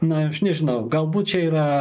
na aš nežinau galbūt čia yra